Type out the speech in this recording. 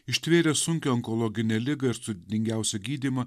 ištvėrė sunkią onkologinę ligą ir sudėtingiausią gydymą